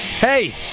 Hey